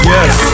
Yes